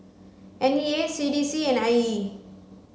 N E A C D C and I E